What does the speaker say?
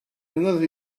another